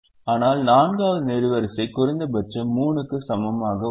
ஆனால் 4 வது நெடுவரிசை குறைந்தபட்சம் 3 க்கு சமமாக உள்ளது